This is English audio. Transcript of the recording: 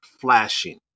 flashing